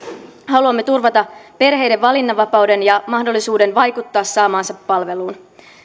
haluamme turvata perheiden valinnanvapauden ja mahdollisuuden vaikuttaa saamaansa palveluun